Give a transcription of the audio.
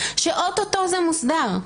שאוטוטו זה מוסדר.